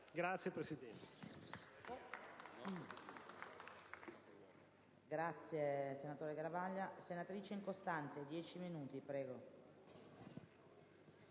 Grazie, Presidente,